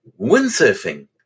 windsurfing